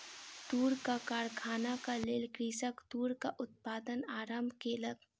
तूरक कारखानाक लेल कृषक तूरक उत्पादन आरम्भ केलक